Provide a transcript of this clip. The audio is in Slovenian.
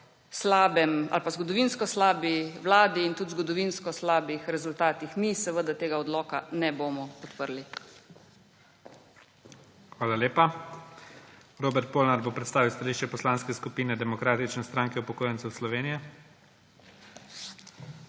čaka po tej zgodovinsko slabi vladi in tudi zgodovinsko slabih rezultatih. Mi seveda tega odloka ne bomo podprli. PREDSEDNIK IGOR ZORČIČ: Hvala lepa. Robert Polnar bo predstavil stališče Poslanske skupine Demokratične stranke upokojencev Slovenije.